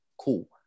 cool